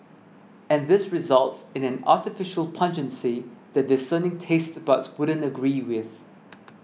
and this results in an artificial pungency that discerning taste buds wouldn't agree with